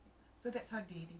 !huh!